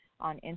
on